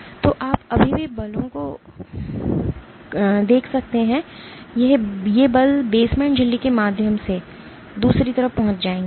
तो आप अभी भी बलों को बुझा सकते हैं ये बल बेसमेंट झिल्ली के माध्यम से दूसरी तरफ पहुंच जाएंगे